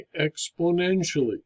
exponentially